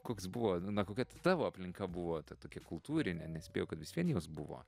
koks buvo kokia ta tavo aplinka buvo tokia kultūrinė nes spėju kad vis vien jos buvo